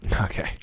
Okay